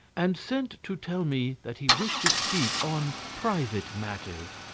and sent to tell me that he wished to speak on private matters.